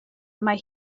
mae